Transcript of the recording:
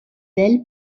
ailes